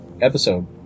episode